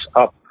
up